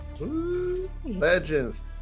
Legends